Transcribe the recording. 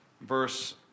verse